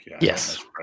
Yes